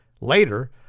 Later